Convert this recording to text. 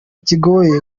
kigoye